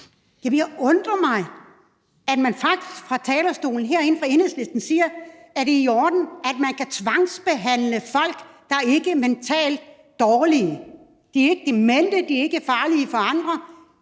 Jeg undrer mig over, at man faktisk fra talerstolen her fra Enhedslistens side siger, er det er i orden, at man kan tvangsbehandle folk, der ikke er mentalt dårlige. De er ikke demente, de er ikke farlige for andre.